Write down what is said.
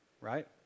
right